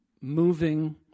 moving